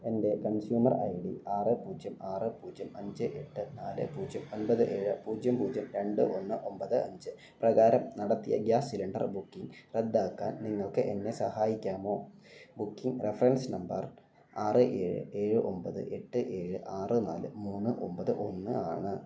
എൻ്റെ consumer I D ആറ് പൂജ്യം ആറ് പൂജ്യം അഞ്ച് എട്ട് നാല് പൂജ്യം ഒമ്പത് ഏഴ് പൂജ്യം പൂജ്യം രണ്ട് ഒന്ന് ഒമ്പത് അഞ്ച് പ്രകാരം നടത്തിയ ഗ്യാസ് സിലിണ്ടർ ബുക്കിംഗ് റദ്ദാക്കാൻ നിങ്ങൾക്ക് എന്നെ സഹായിക്കാമോ ബുക്കിംഗ് റഫറൻസ് നമ്പർ ആറ് ഏഴ് ഏഴ് ഒമ്പത് എട്ട് ഏഴ് ആറ് നാല് മൂന്ന് ഒമ്പത് ഒന്ന് ആണ്